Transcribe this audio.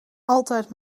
altijd